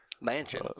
Mansion